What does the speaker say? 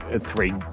three